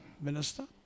Minister